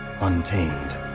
Untamed